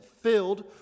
filled